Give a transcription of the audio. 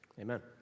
amen